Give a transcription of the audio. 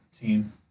team